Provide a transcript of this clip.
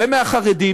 ומהחרדים,